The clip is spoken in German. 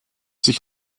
sich